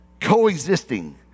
Coexisting